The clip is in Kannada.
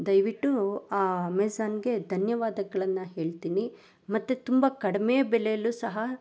ದಯವಿಟ್ಟು ಆ ಅಮೆಝಾನಿಗೆ ಧನ್ಯವಾದಗಳನ್ನು ಹೇಳ್ತೀನಿ ಮತ್ತು ತುಂಬ ಕಡಿಮೆ ಬೆಲೆಯಲ್ಲೂ ಸಹ